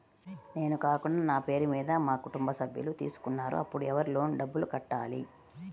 నేను కాకుండా నా పేరు మీద మా కుటుంబ సభ్యులు తీసుకున్నారు అప్పుడు ఎవరు లోన్ డబ్బులు కట్టాలి?